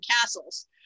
castles